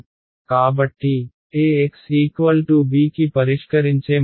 కాబట్టి axb కి పరిష్కరించే మార్గం అది